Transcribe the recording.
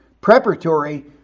preparatory